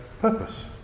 purpose